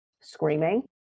screaming